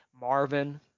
Marvin